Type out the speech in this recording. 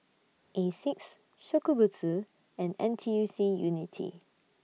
Asics Shokubutsu and N T U C Unity